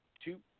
two